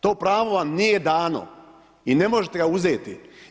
To pravo vam nije dano i ne možete ga uzeti.